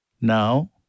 Now